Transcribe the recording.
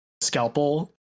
scalpel